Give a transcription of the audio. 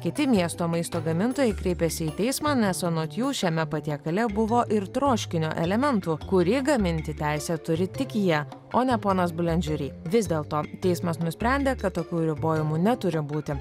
kiti miesto maisto gamintojai kreipėsi į teismą nes anot jų šiame patiekale buvo ir troškinio elementų kurį gaminti teisę turi tik jie o ne ponas boulangerie vis dėlto teismas nusprendė kad tokių ribojimų neturi būti